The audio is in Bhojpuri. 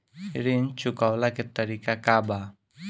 ऋण चुकव्ला के तरीका का बा?